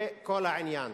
זה כל העניין.